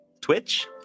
Twitch